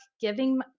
giving